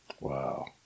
Wow